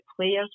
players